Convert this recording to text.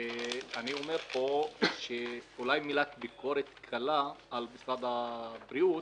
אני אומר פה אולי מילת ביקורת קלה על משרד הבריאות,